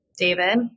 David